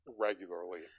regularly